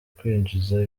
kwinjiza